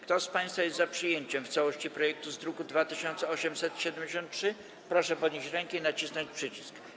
Kto z państwa jest za przyjęciem w całości projektu ustawy z druku nr 2873, proszę podnieść rękę i nacisnąć przycisk.